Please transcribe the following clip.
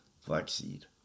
flaxseed